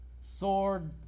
sword